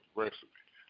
recipe